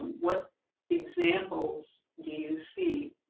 what examples do you see